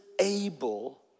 able